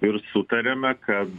ir sutarėme kad